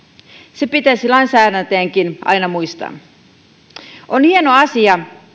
se pitäisi lainsäätäjienkin aina muistaa on hieno asia